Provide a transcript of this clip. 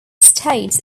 states